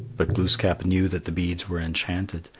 but glooskap knew that the beads were enchanted,